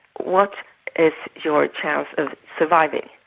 what is your chance of surviving?